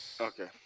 Okay